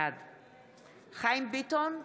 בעד חיים ביטון,